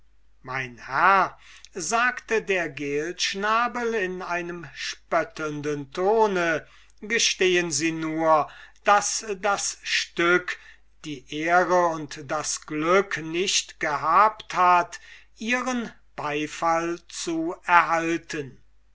mein herr sagte der junge geelschnabel in einem spöttelnden tone gestehen sie nur daß das stück die ehre und das glück nicht gehabt hat ihren beifall zu erhalten